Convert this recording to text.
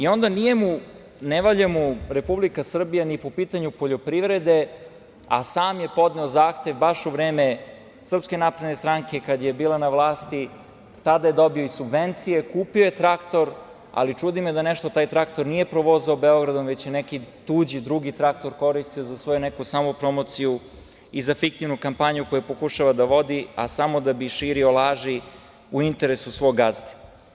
Onda mu ne valja Republika Srbija ni po pitanju poljoprivrede, a sam je podneo zahtev baš u vreme SNS kada je bila na vlasti, tada je dobio i subvencije, kupio je traktor, ali čudi me da nešto taj traktor nije provozao Beogradom, već je neki tuđi, drugi traktor koristio za neku svoju samopromociju i za fiktivnu kampanju koju pokušava da vodi, a samo da bi širio laži u interesu svog gazde.